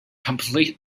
complete